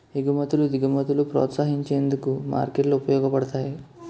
ఎగుమతులు దిగుమతులను ప్రోత్సహించేందుకు మార్కెట్లు ఉపయోగపడతాయి